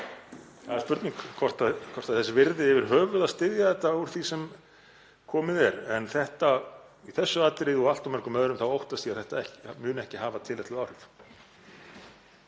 Það er spurning hvort það er þess virði yfir höfuð að styðja þetta úr því sem komið er. En í þessu atriði og allt of mörgum öðrum þá óttast ég að þetta muni ekki hafa tilætluð áhrif.